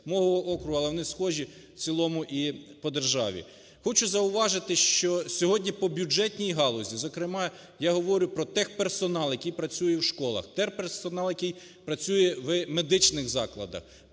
мого округу, але вони схожі в цілому і по державі. Хочу зауважити, що сьогодні по бюджетній галузі, зокрема я говорю про техперсонал, який працює в школах, техперсонал, який працює в медичних закладах.